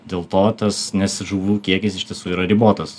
dėl to tas nes žuvų kiekis iš tiesų yra ribotas